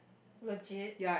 legit